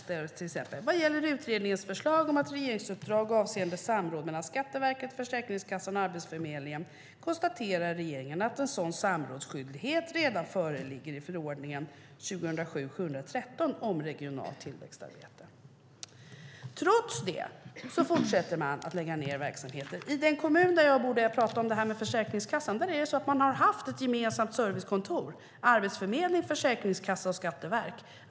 Det står till exempel att vad gäller utredningens förslag och ett regeringsuppdrag angående samråd mellan Skatteverket, Försäkringskassan och Arbetsförmedlingen konstaterar regeringen att en sådan samrådsskyldighet redan föreligger i förordningen om regionalt tillväxtarbete. Trots det fortsätter man att lägga ned verksamheter. I den kommun som jag bor i och som jag pratade om när det gäller Försäkringskassan har det funnits ett gemensamt servicekontor för Arbetsförmedlingen, Försäkringskassan och Skatteverket.